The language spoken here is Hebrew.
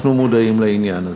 אנחנו מודעים לעניין הזה.